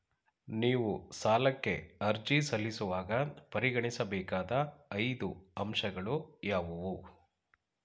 ನೀವು ಸಾಲಕ್ಕೆ ಅರ್ಜಿ ಸಲ್ಲಿಸುವಾಗ ಪರಿಗಣಿಸಬೇಕಾದ ಐದು ಅಂಶಗಳು ಯಾವುವು?